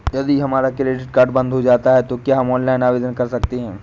यदि हमारा credit card बंद हो जाता है तो क्या हम ऑनलाइन आवेदन कर सकते हैं?